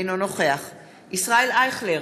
אינו נוכח ישראל אייכלר,